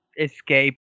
escape